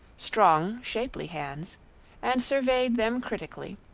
strong, shapely hands and surveyed them critically,